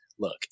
look